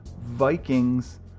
Vikings